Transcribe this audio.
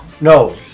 No